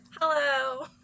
Hello